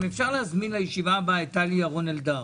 אם אפשר להזמין לישיבה הבאה את טלי ירון אלדר.